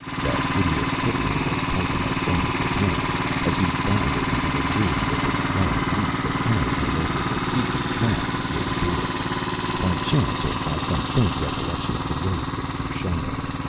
that hideous tittering was tolkemec's only reply, as he bounded into the room with a long leap that carried him over the secret trap before the door by chance, or by some faint recollection of the ways of xuchotl.